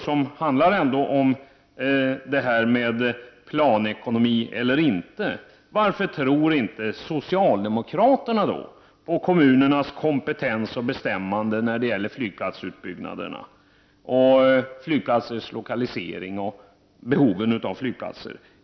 Det handlar om huruvida man skall ha planekonomi eller inte. Varför tror inte socialdemokraterna på kommunernas kompetens att bestämma flygplatsutbyggnaderna, deras lokalisering och behoven av flygplatser?